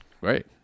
Great